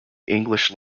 english